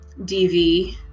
DV